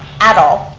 at all.